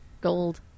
Gold